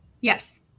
Yes